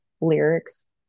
lyrics